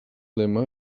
lema